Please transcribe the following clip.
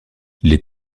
les